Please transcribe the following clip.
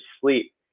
sleep